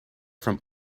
from